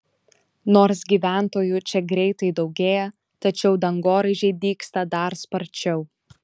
nors gyventojų čia greitai daugėja tačiau dangoraižiai dygsta dar sparčiau